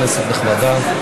כנסת נכבדה,